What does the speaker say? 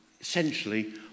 essentially